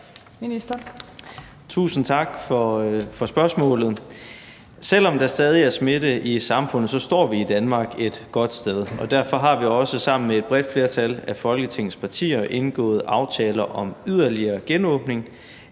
Kollerup): Tusind tak for spørgsmålet. Selv om der stadig er smitte i samfundet, står vi i Danmark et godt sted, og derfor har vi også sammen med et bredt flertal af Folketingets partier indgået aftale om yderligere genåbning,